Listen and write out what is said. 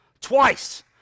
Twice